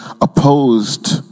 opposed